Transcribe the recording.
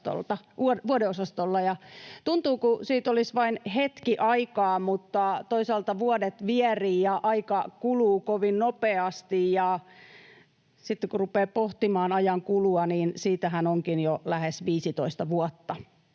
Tuntuu kuin siitä olisi vain hetki aikaa, mutta toisaalta vuodet vierivät ja aika kuluu kovin nopeasti, ja sitten kun rupeaa pohtimaan ajankulua, niin siitähän onkin jo lähes 15 vuotta.